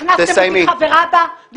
הכנסתם אותי חברה בה,